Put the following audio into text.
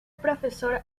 profesor